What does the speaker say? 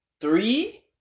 three